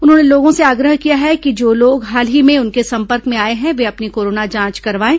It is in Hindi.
उन्होंने लोगों से आग्रह किया है कि जो लोग हाल ही में उनके संपर्क में आये हैं वे अपनी कोरोना जांच करवाएं